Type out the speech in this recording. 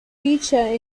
feature